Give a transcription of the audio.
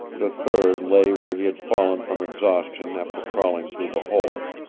the third lay where he had fallen from exhaustion after crawling through the hole.